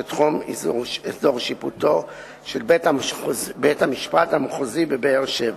שתחומו אזור שיפוטו של בית-המשפט המחוזי בבאר-שבע.